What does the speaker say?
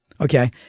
okay